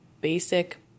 Basic